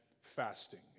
fasting